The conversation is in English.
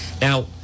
Now